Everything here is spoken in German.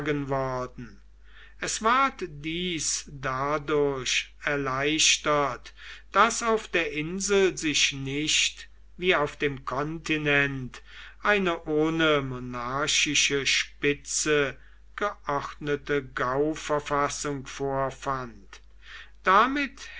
es ward dies dadurch erleichtert daß auf der insel sich nicht wie auf dem kontinent eine ohne monarchische spitze geordnete gauverfassung vorfand damit